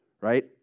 Right